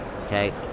okay